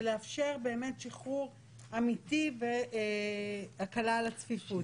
לאפשר באמת שחרור אמיתי והקלה על הצפיפות.